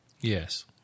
Yes